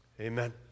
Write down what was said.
amen